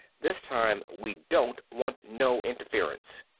this time we don't want no interference.